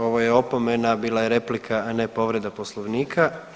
Ovo je opomena, bila je replika, a ne povreda poslovnika.